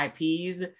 IPs